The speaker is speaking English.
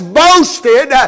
boasted